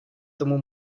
tomu